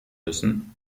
müssen